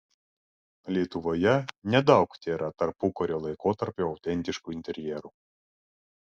lietuvoje nedaug tėra tarpukario laikotarpio autentiškų interjerų